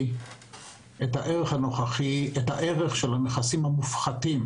את הערך הנוכחי של הנכנסים המופחתים